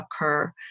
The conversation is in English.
occur